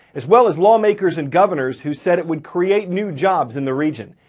as well as lawmakers and governors who said it would create new jobs in the region.